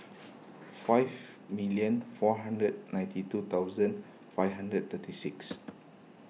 five million four hundred ninety two thousand five hundred thirty six